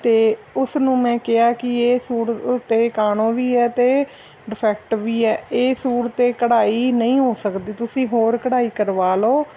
ਅਤੇ ਉਸ ਨੂੰ ਮੈਂ ਕਿਹਾ ਕਿ ਇਹ ਸੂਟ ਉੱਤੇ ਕਾਣੋ ਵੀ ਹੈ ਅਤੇ ਡਿਫੈਕਟ ਵੀ ਹੈ ਇਹ ਸੂਟ 'ਤੇ ਕਢਾਈ ਨਹੀਂ ਹੋ ਸਕਦੀ ਤੁਸੀਂ ਹੋਰ ਕਢਾਈ ਕਰਵਾ ਲਓ